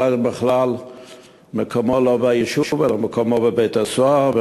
אולי בכלל מקומו לא ביישוב אלא מקומו בבית-הסוהר,